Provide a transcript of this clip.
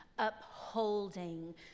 upholding